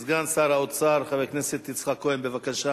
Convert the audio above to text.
סגן שר האוצר, חבר הכנסת יצחק כהן, בבקשה